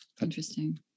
Interesting